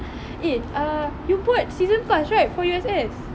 eh uh you bought season pass right for U_S_S